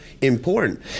important